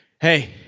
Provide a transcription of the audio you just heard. hey